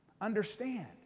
understand